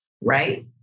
right